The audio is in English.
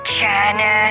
China